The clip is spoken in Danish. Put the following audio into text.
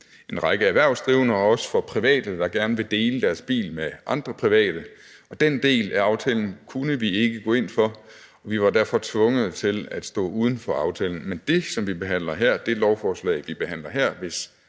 en række erhvervsdrivende og også for private, der gerne vil dele deres bil med andre private. Den del af aftalen kunne vi ikke gå ind for. Vi var derfor tvunget til at stå uden for aftalen. Men hvis aftalen alene havde rummet det, der er i det forslag, vi behandler her,